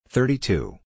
Thirty-two